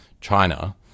China